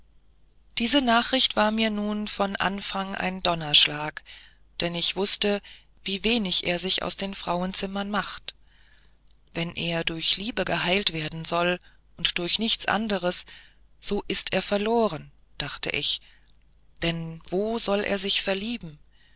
diese nachricht war mir nun von anfang ein donnerschlag denn ich wußte wie wenig er sich aus den frauenzimmern macht wenn er durch liebe geheilt werden soll und durch nichts anderes so ist er verloren dachte ich denn wo soll er sich verlieben